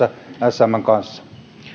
smn kanssa